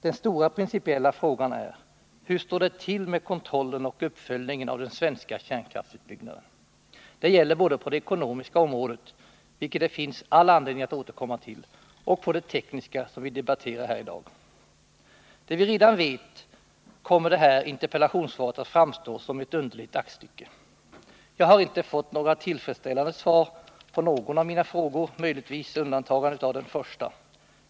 Den stora, principiella frågan är: Hur står det till med kontrollen och uppföljningen av den svenska kärnkraftsutbyggnaden? Det gäller både på det ekonomiska området, vilket det finns all anledning att återkomma till, och på det tekniska, som vi debatterar här i dag. Det vi redan vet får det här interpellationssvaret att framstå som ett underligt aktstycke. Jag har inte fått tillfredsställande svar på någon av mina frågor, möjligtvis med undantag av den första.